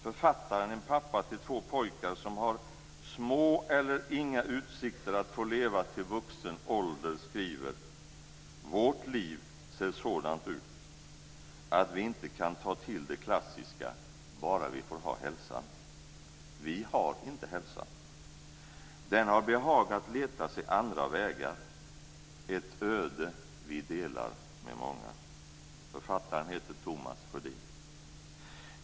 Författaren, en pappa till två pojkar som har små eller inga utsikter att få leva till vuxen ålder, skriver: Vårt liv ser sådant ut, att vi inte kan ta till det klassiska: Bara vi får ha hälsan. Vi har inte hälsan. Den har behagat leta sig andra vägar. Ett öde vi delar med många. Författaren heter Tomas Sjödin.